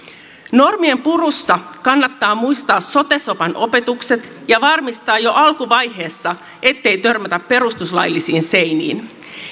normien purussa kannattaa muistaa sote sopan opetukset ja varmistaa jo alkuvaiheessa ettei törmätä perustuslaillisiin seiniin